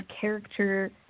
character